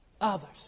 others